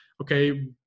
okay